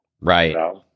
Right